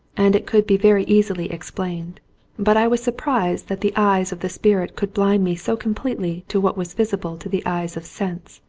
and it could be very easily explained but i was surprised that the eyes of the spirit could blind me so completely to what was visible to the eyes of sense.